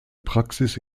praxis